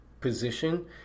position